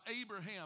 Abraham